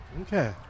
Okay